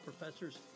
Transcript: professors